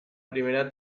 primera